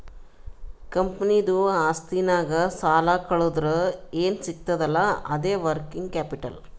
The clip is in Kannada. ಕಂಪನಿದು ಆಸ್ತಿನಾಗ್ ಸಾಲಾ ಕಳ್ದುರ್ ಏನ್ ಸಿಗ್ತದ್ ಅಲ್ಲಾ ಅದೇ ವರ್ಕಿಂಗ್ ಕ್ಯಾಪಿಟಲ್